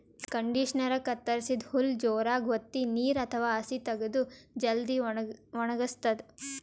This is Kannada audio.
ಕಂಡಿಷನರಾ ಕತ್ತರಸಿದ್ದ್ ಹುಲ್ಲ್ ಜೋರಾಗ್ ವತ್ತಿ ನೀರ್ ಅಥವಾ ಹಸಿ ತಗದು ಜಲ್ದಿ ವಣಗಸ್ತದ್